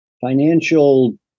financial